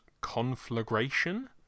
conflagration